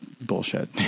bullshit